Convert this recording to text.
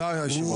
תודה, יושב הראש.